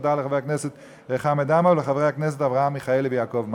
תודה לחבר הכנסת חמד עמאר ולחברי הכנסת אברהם מיכאלי ויעקב מרגי.